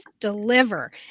deliver